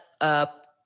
up